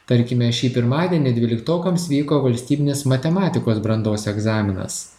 tarkime šį pirmadienį dvyliktokams vyko valstybinis matematikos brandos egzaminas